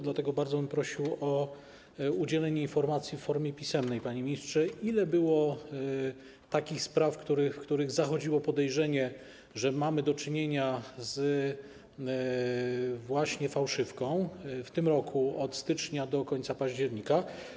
Dlatego bardzo bym prosił o udzielenie informacji, w formie pisemnej, panie ministrze, ile było takich spraw, w których zachodziło podejrzenie, że ma się do czynienia właśnie z fałszywką - w tym roku, od stycznia do końca października.